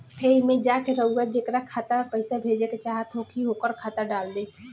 एईमे जा के रउआ जेकरा खाता मे पईसा भेजेके चाहत होखी ओकर खाता डाल दीं